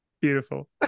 Beautiful